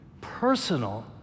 personal